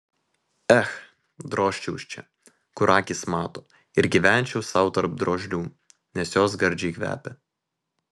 ech drožčiau iš čia kur akys mato ir gyvenčiau sau tarp drožlių nes jos gardžiai kvepia